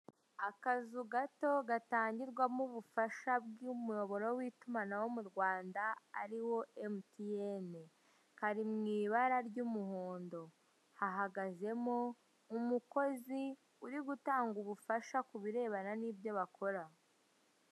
Akazu gato gatangirwamo ubufasha bwumuyoboro witumanaho m'urwanda ariwo MTN, Kari mwibara ry'umuhondo hahagazemo Umukozi uri gutanga ubufasha kubirebana nibyo bakora.